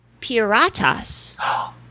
piratas